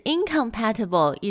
Incompatible